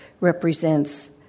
represents